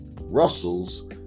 Russell's